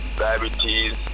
diabetes